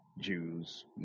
Jews